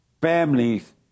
families